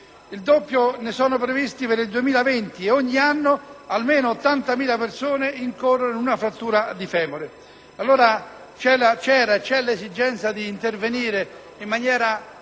il doppio ne sono previsti per il 2020 e ogni anno almeno 80.000 persone incorrono in una frattura di femore. Vi è l'esigenza di intervenire in maniera